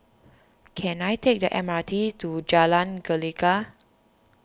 can I take the M R T to Jalan Gelegar